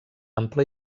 ample